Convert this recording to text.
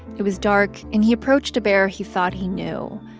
it was dark, and he approached a bear he thought he knew.